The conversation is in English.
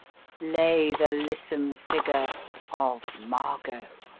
lay the lissom figure of margot!